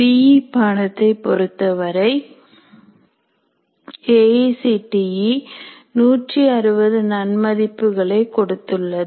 BE பாடத்தை பொறுத்தவரை A I C T E 160 நன் மதிப்புகளை கொடுத்துள்ளது